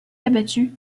abattu